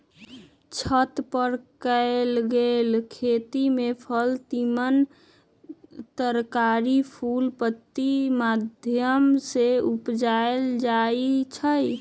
छत पर कएल गेल खेती में फल तिमण तरकारी फूल पानिकेँ माध्यम से उपजायल जाइ छइ